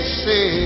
say